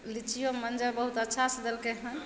लीचियोमे मञ्जर बहुत अच्छा सऽ देलकै हन